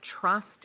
trust